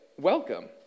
welcome